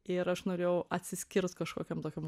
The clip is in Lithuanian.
ir aš norėjau atsiskyrus kažkokiam tokiam